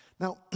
Now